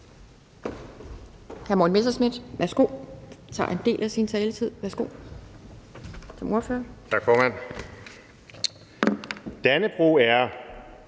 hr. Morten Messerschmidt, som tager en del af sin taletid som